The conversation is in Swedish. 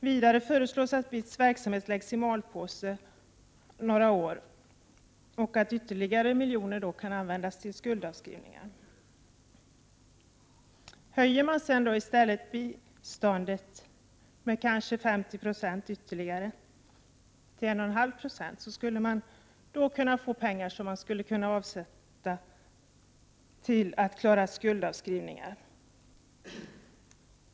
Vidare föreslås att BITS verksamhet läggs i malpåse några år, så att ytterligare 500-600 miljoner kan användas till skuldavskrivningar. Om man också höjer biståndet med kanske 50 9 till 1,5 26 skulle man kunna få pengar att avsätta till skuldavskrivningar.